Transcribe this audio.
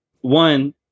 one